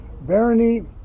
Barony